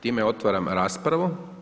Time otvaram raspravu.